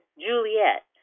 Juliet